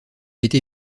été